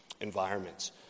environments